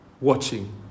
watching